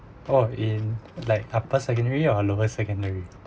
oh in like upper secondary or lower secondary